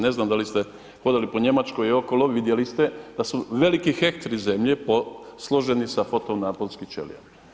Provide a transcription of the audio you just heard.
Ne znam da li ste hodali po Njemačkoj i okolo vidjeli ste da su veliki hektri zemlje posloženi sa foto naponskim ćelijama.